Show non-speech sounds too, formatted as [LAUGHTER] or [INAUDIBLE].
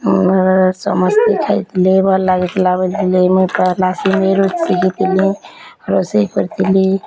ଏଁ ସମସ୍ତେ ଖାଇଥିଲେ ଭଲ ଲାଗିଥିଲା ବୋଲି [UNINTELLIGIBLE] ଋଷି କି ଥିଲି ରୋଷେଇ କରିଥିଲି